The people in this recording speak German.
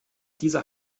dieser